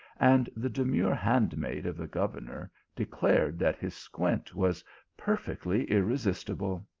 and the demure handmaid of the governor declared that his squint was perfectly irresistible.